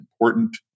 important